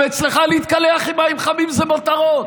גם אצלך להתקלח עם מים חמים זה מותרות?